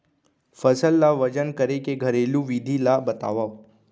फसल ला वजन करे के घरेलू विधि ला बतावव?